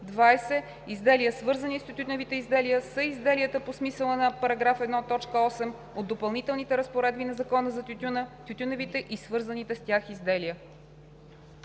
20. „Изделия, свързани с тютюневите изделия“ са изделията по смисъла на § 1, т. 8 от Допълнителните разпоредби на Закона за тютюна, тютюневите и свързаните с тях изделия.“